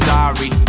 Sorry